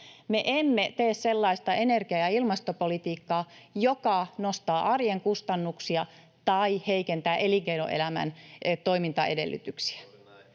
Me emme tee sellaista energia- ja ilmastopolitiikkaa, joka nostaa arjen kustannuksia tai heikentää elinkeinoelämän toimintaedellytyksiä.